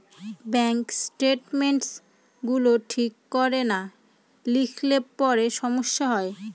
bank statements গুলো ঠিক করে না লিখলে পরে সমস্যা হয়